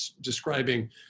describing